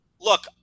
look